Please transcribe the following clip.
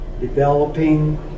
developing